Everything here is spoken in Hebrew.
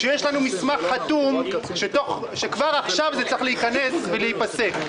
כשיש לנו מסמך חתום שכבר עכשיו זה צריך להיכנס ולהיפסק.